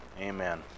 amen